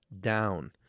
down